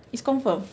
it's confirmed